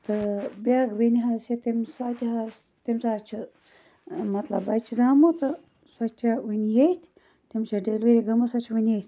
تہٕ بیاکھ بیٚنہِ حظ چھِ سۄ تہِ حٕظ تٔمِس حظ چھِ مَطلَب زامُت بَچہِ سۄ چھِ وٕنہِ ییٚتہِ تٔمِس چھِ ڈیلوری گٔمٕژسۄ چھِ ونہ ییٚتھۍ